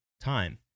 time